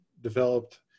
developed